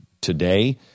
today